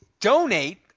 donate